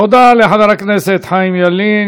תודה לחבר הכנסת חיים ילין.